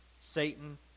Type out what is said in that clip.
Satan